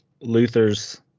Luther's